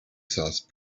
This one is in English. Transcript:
sauce